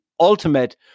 Ultimate